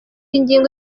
ingingo